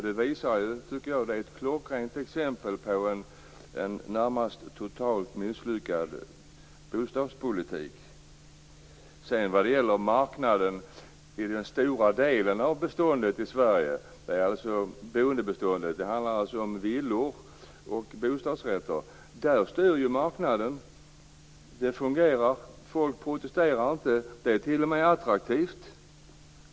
Det är ett klockrent exempel på en närmast totalt misslyckad bostadspolitik. Vad gäller marknaden: I den stora delen av boendebeståndet i Sverige - villor och bostadsrätter - styr ju marknaden. Det fungerar. Folk protesterar inte. Det är t.o.m. attraktivt.